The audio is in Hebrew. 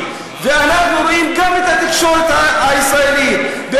ואנחנו רואים גם את התקשורת הישראלית,